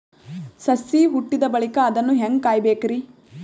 ಸಸಿ ಹುಟ್ಟಿದ ಬಳಿಕ ಅದನ್ನು ಹೇಂಗ ಕಾಯಬೇಕಿರಿ?